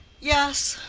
yes,